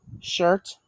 shirt